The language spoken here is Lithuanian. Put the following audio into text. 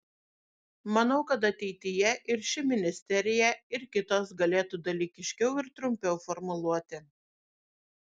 manau kad ateityje ir ši ministerija ir kitos galėtų dalykiškiau ir trumpiau formuluoti